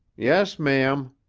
yes, ma'am.